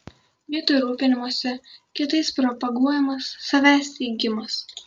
vietoj rūpinimosi kitais propaguojamas savęs teigimas